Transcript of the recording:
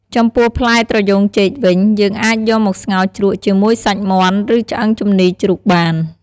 ចំពោះ ផ្លែត្រយូងចេកវិញ យើងអាចយកមកស្ងោជ្រក់ជាមួយសាច់មាន់ ឬឆ្អឹងជំនីរជ្រូកបាន។